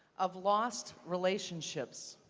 of lost relationships.